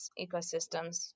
ecosystems